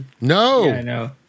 No